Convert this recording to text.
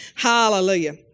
Hallelujah